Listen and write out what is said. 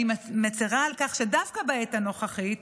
אני מצרה על כך שדווקא בעת הנוכחית,